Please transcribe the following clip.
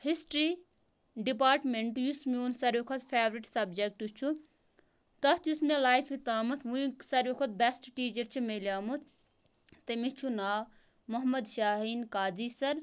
history department یُس میون ساروِیو کھۄتہٕ فیورِٹ سَبجَکٹ چھُ تَتھ یُس مےٚ لایفہِ تامَتھ وٕنیُک ساروی کھۄتہٕ بٮ۪سٹ ٹیٖچَر چھِ میلیٛامُت تٔمِس چھُ ناو محمد شاہیٖن قادری سَر